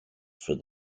for